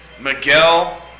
Miguel